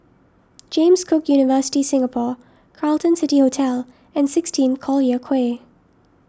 James Cook University Singapore Carlton City Hotel and sixteen Collyer Quay